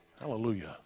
Hallelujah